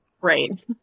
right